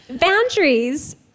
boundaries